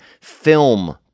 film